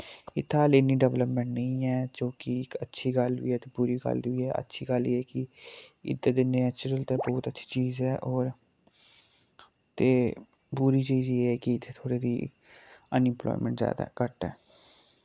इत्थें हालें इन्नी डेवेलपमैंट निं ऐ जो कि इक अच्छी गल्ल वी ऐ ते बुरी गल्ल वी ऐ अच्छी गल्ल एह् ऐ कि इत्थे दे नैचुरल ते बोह्त अच्छी चीज ऐ और ते बुरी चीज एह् ऐ कि इत्थे थोह्ड़ी दी अनइम्प्लायमैंट जैदा घट्ट ऐ